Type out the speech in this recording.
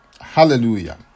Hallelujah